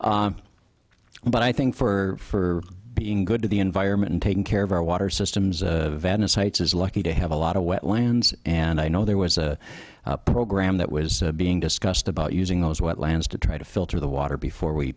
difference but i think for being good to the environment and taking care of our water systems venice heights is lucky to have a lot of wetlands and i know there was a program that was being discussed about using those wetlands to try to filter the water before we